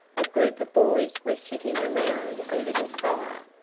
a group of boys were sitting around a little fire.